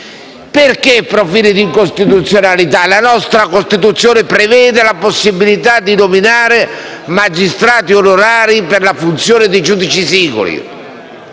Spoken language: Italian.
sono profili d'incostituzionalità? La nostra Costituzione prevede la possibilità di nominare magistrati onorari per la funzione di giudici singoli.